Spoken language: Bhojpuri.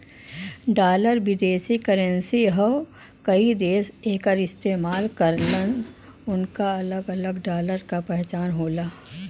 डॉलर विदेशी करेंसी हौ कई देश एकर इस्तेमाल करलन उनकर अलग अलग डॉलर क पहचान होला